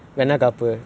orh